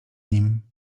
nim